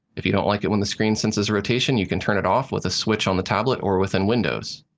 if you don't like it when the screen senses rotation, you can turn it off with a switch on the tablet or within windows.